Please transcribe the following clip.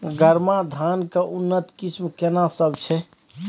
गरमा धान के उन्नत किस्म केना सब छै?